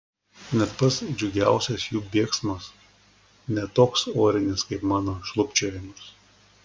net pats džiugiausias jų bėgsmas ne toks orinis kaip mano šlubčiojimas